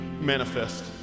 manifest